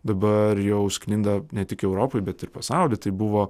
dabar jau sklinda ne tik europoj bet ir pasaulyj tai buvo